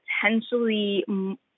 potentially